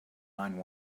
nine